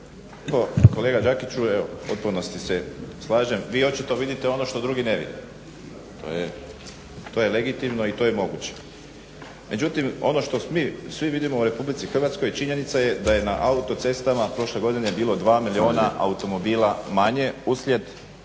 Kolega Đakiću, evo u potpunosti se slažem, vi očito vidite što drugi ne vide. To je legitimno i to je moguće. Međutim ono što mi svi vidimo u RH činjenica je da je na autocestama prošle godine bilo dva milijuna automobila manje uslijed